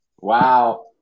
Wow